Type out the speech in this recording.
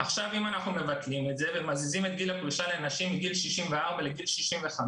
אם אנחנו מבטלים את זה ומזיזים את גיל הפרישה לנשים מגיל 64 לגיל 65,